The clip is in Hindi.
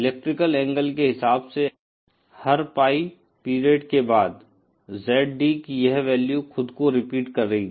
इलेक्ट्रिकल एंगल के हिसाब से हर पाई पीरियड के बाद ZD की यह वैल्यू खुद को रिपीट करेगी